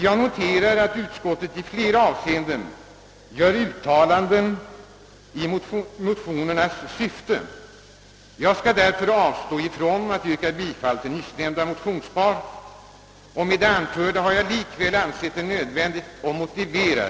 Jag noterar att utskottet i flera avseenden gör uttalanden som överensstämmer med motionernas syfte. Jag skall därför avstå från att yrka bifall till nyssnämnda motionspar. Med det anförda har jag dock velat motivera motionerna